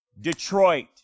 detroit